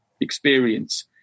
experience